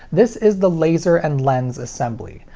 this is the laser and lens assembly.